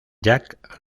jack